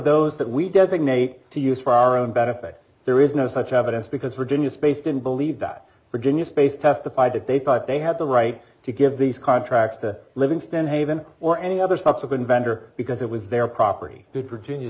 those that we designate to use for our own benefit there is no such evidence because virginia space didn't believe that virginia space testified that they thought they had the right to give these contracts to livingston haven or any other subsequent vendor because it was their property